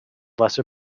lesser